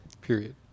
period